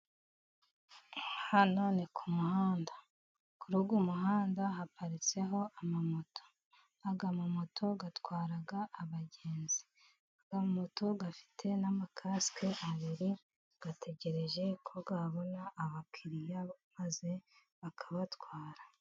Hano ni ku muhanda. Kuri uyu muhanda haparitseho amamoto. Aya mamoto atwara abagenzi, amamoto afite n'amakasike abiri ategereje ko abona abakiriya, maze bakabatwara.